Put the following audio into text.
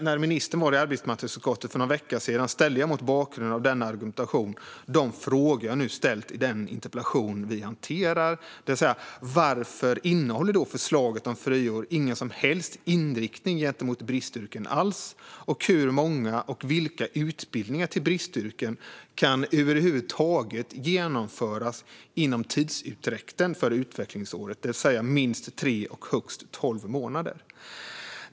När ministern var i arbetsmarknadsutskottet för någon vecka sedan ställde jag, mot bakgrund av denna argumentation, de frågor jag ställt i den interpellation vi nu hanterar, det vill säga: Varför har förslaget om friår ingen som helst inriktning mot bristyrken, och hur många och vilka utbildningar till bristyrken kan över huvud taget genomföras inom tidsutdräkten för utvecklingsåret, det vill säga minst tre och högst tolv månader?